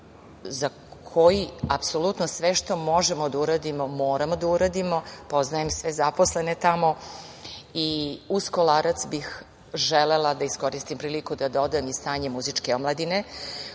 za koji apsolutno sve što možemo da uradimo moramo da uradimo. Poznajem sve zaposlene tamo. Uz Kolarac bih želela da iskoristim priliku da dodam i stanje Muzičke omladine,